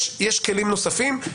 יש כלים נוספים.